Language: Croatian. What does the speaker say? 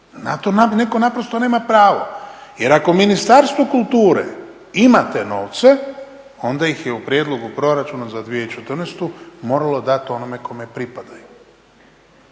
netko naprosto nema pravo. Jer ako Ministarstvo kulture ima te novce onda ih je u prijedlogu proračuna za 2014. moralo dati onome kome pripadaju.